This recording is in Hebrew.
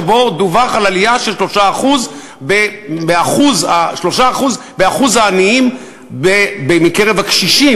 שבו דווח על עלייה של 3% בשיעור העניים בקרב הקשישים,